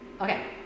Okay